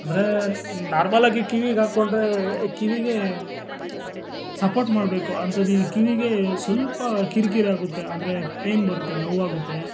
ಅಂದರೆ ನಾರ್ಮಲ್ ಆಗಿ ಕಿವಿಗೆ ಹಾಕೊಂಡರೆ ಕಿವಿಗೆ ಸಪೋರ್ಟ್ ಮಾಡಬೇಕು ಅಂಥದ್ದು ಈ ಕಿವಿಗೆ ಸ್ವಲ್ಪ ಕಿರಿಕಿರಿ ಆಗುತ್ತೆ ಆದರೆ ಪೈನ್ ಬರುತ್ತೆ ನೋವಾಗುತ್ತೆ